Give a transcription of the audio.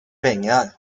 pengar